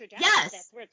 yes